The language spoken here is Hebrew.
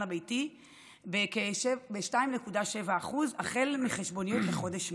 הביתי בכ-2.7% החל מחשבוניות חודש מרץ.